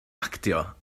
actio